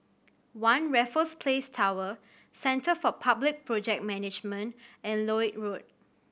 One Raffles Place Tower Centre for Public Project Management and Lloyd Road